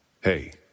Hey